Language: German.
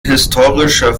historischer